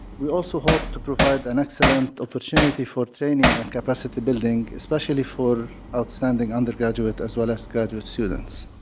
we also hope to provide an excellent opportunity for training and capacity building, especially for outstanding undergraduate as well as graduate students.